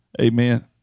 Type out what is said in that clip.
amen